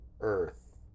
earth